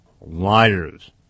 liars